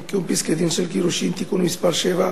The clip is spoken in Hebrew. (קיום פסקי-דין של גירושין) (תיקון מס' 7)